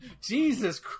Jesus